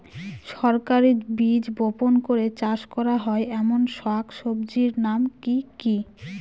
সরাসরি বীজ বপন করে চাষ করা হয় এমন শাকসবজির নাম কি কী?